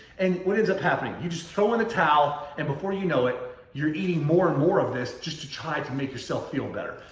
and what ends up happening? you just throw in the towel. and before you know it, you're eating more and more of this just to try to make yourself feel better.